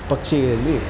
ಪಕ್ಷಿಯಲ್ಲಿ